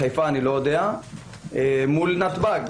לגבי חיפה אני לא ודע - לבין המחיר שגובים בנתב"ג.